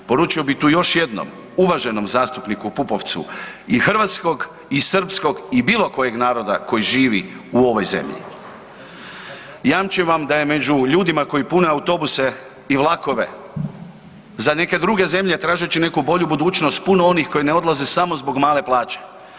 Poručio bih tu još jednom uvaženom zastupniku Pupovcu i hrvatskog i srpskog i bilo kojeg naroda koji živi u ovoj zemlji jamčim vam da je među ljudima koji pune autobuse i vlakove za neke druge zemlje tražeći neku bolju budućnost puno onih koji ne odlaze samo zbog male plaće.